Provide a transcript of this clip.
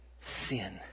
sin